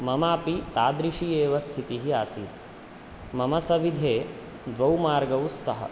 ममापि तादृशी एव स्थितिः आसीत् मम सविधे द्वौ मार्गौ स्तः